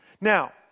Now